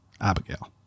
Abigail